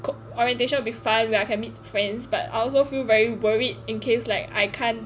orientation will be fun I can meet friends but I also feel very worried in case like I can't